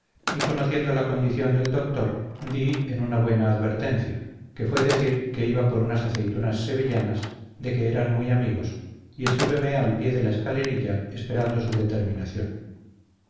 y conociendo la condición del doctor dí en una buena advertencia que fué decir que iba por unas aceitunas sevillanas de que eran muy amigos y estúveme al pie de la escalerilla esperando su determinación